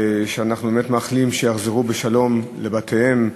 שאנחנו באמת מאחלים שיחזרו בשלום לבתיהם,